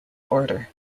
order